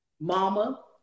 mama